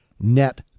net